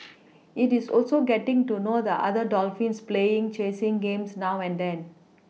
it is also getting to know the other dolphins playing chasing games now and then